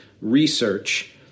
research